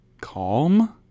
Calm